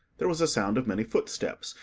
there was a sound of many footsteps,